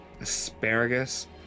Asparagus